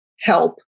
help